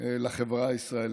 לחברה הישראלית.